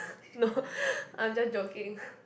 no I'm just joking